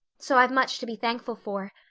so i've much to be thankful for,